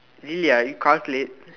really ah you calculate